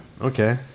Okay